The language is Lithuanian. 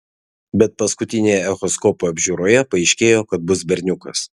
bet paskutinėje echoskopo apžiūroje paaiškėjo kad bus berniukas